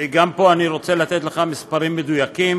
גם פה אני רוצה לתת לך מספרים מדויקים.